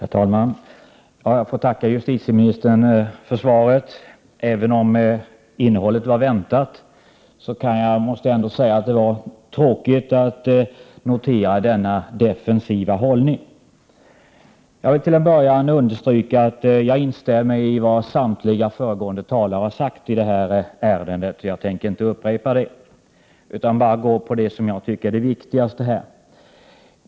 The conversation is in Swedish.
Herr talman! Jag får tacka justitieministern för svaret. Även om innehållet var väntat, måste jag säga att det var tråkigt att notera denna defensiva hållning. Jag vill till en början understryka att jag instämmer i vad samtliga föregående talare har sagt i ärendet, och jag tänker inte upprepa det. Jag går direkt på det som jag tycker är det viktigaste.